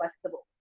flexible